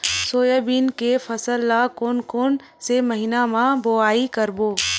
Soybean के फसल ल कोन कौन से महीना म बोआई करबो?